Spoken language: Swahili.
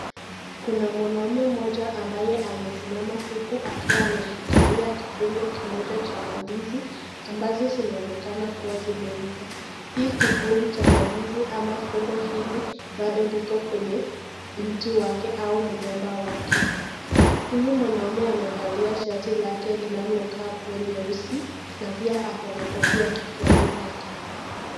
Kuna mwanaume moja ambaye amesimama huku akiwa ameshikilia kifungo kimoja cha ndizi ambazo zinaonekana kuwa zimeiva. Hii kikundi cha ndizi ama fungo hili bado liko kwenye mti wake ama mgomba wake. Huyu mwanaume amevalia shati lake linalo kaa kuwa nyeusi na pia ako na kofia kichwani pake.